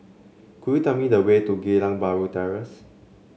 could you tell me the way to Geylang Bahru Terrace